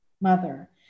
Mother